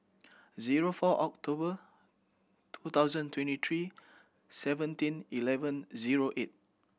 zero four October two thousand twenty three seventeen eleven zero eight